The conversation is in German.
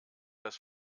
dass